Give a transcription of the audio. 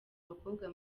abakobwa